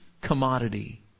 commodity